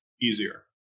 easier